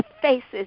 faces